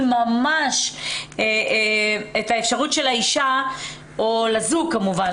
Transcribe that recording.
ממש את האפשרות של האשה או לזוג כמובן,